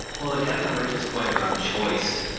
well, to catherine and rachel's point around choice.